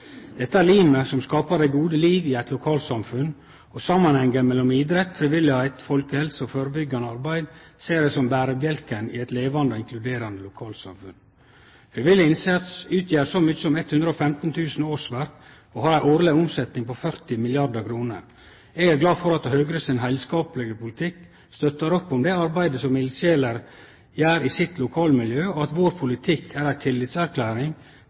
Dette er limet som skapar det gode liv i eit lokalsamfunn, og samanhengen mellom idrett, frivilligheit, folkehelse og førebyggjande arbeid ser eg som berebjelken i eit levande og inkluderande lokalsamfunn. Frivillig innsats utgjer så mykje som 115 000 årsverk, og har ei årleg omsetjing på 40 milliardar kr. Eg er glad for at Høgre sin heilskaplege politikk støttar opp om det arbeidet som eldsjeler gjer i sitt lokalmiljø, og at politikken vår er ei tillitserklæring